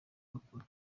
bakora